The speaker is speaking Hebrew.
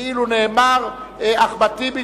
כאילו נאמר "אחמד טיבי,